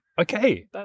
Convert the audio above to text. okay